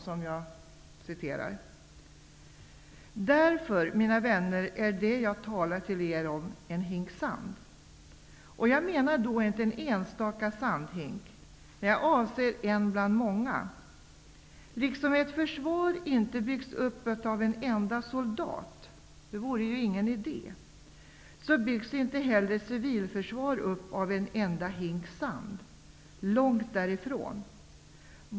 Så här säger han: Därför, mina vänner, är det jag talar till er om en hink sand. Jag menar då inte en enstaka sandhink, utan jag avser en bland många. Liksom ett försvar inte byggs upp av en enda soldat -- det vore ju ingen idé -- byggs inte heller ett civilförsvar upp av en enda hink sand, långt därifrån.